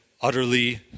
utterly